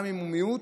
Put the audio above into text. גם אם הוא מיעוט,